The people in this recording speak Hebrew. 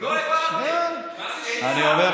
אני רוצה